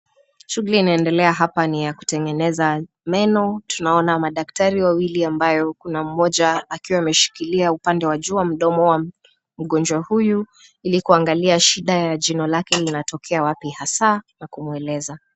Shughuli inaendelea hapa ni ya kutengeneza meno. Tunaona madaktari wawili ambayo kuna mmoja akiwa ameshikilia upande wa juu wa mdomo wa mgonjwa huyu ili kuangalia shida ya jino lake linatokea wapi hasa na kumweleza.